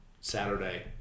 Saturday